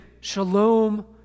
shalom